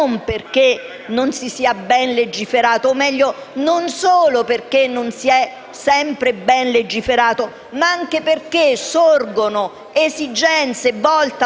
non solo perché non si è sempre ben legiferato, ma anche perché sorgono esigenze cui di volta